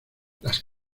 las